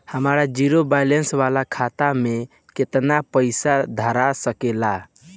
हमार zero balance वाला खतवा म केतना पईसा धरा सकेला?